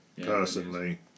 personally